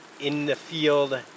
in-the-field